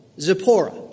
Zipporah